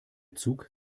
zug